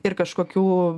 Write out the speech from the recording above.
ir kažkokių